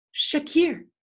Shakir